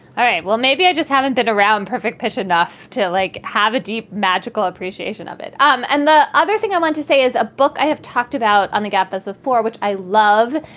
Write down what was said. all right. well maybe i just haven't been around perfect pitch enough to like have a deep magical appreciation of it. um and the other thing i want to say is a book i have talked about on the gap as a four, which i love,